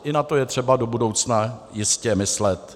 I na to je třeba do budoucna jistě myslet.